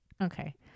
Okay